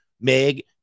Meg